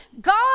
God